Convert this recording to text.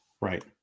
Right